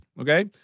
Okay